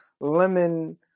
lemon